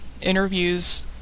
interviews